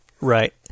Right